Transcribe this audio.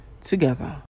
together